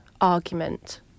argument